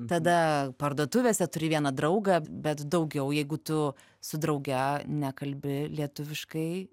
tada parduotuvėse turi vieną draugą bet daugiau jeigu tu su drauge nekalbi lietuviškai